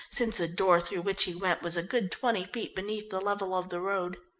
since the door through which he went was a good twenty feet beneath the level of the road.